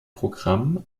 programm